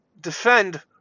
defend